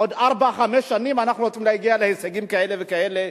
עוד ארבע-חמש שנים אנחנו רוצים להגיע להישגים כאלה וכאלה,